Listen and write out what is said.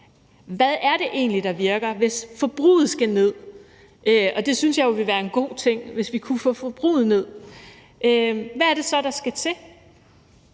hvad det egentlig er, der virker, hvis forbruget skal ned? Jeg synes jo, det ville være en god ting, hvis vi kunne få forbruget ned, og hvad er det så, der skal til?